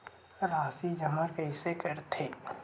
राशि जमा कइसे करथे?